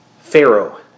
Pharaoh